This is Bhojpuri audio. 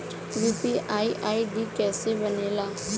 यू.पी.आई आई.डी कैसे बनेला?